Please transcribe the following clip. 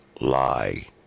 lie